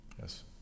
Yes